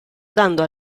dando